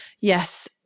yes